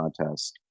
contest